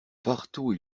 partout